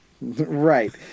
right